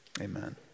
amen